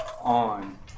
on